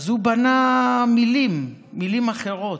אז הוא בנה מילים, מילים אחרות,